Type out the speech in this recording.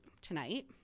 tonight